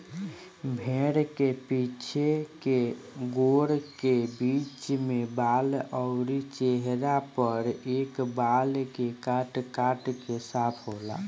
भेड़ के पीछे के गोड़ के बीच में बाल अउरी चेहरा पर के बाल के काट काट के साफ होला